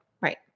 Right